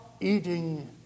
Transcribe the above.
eating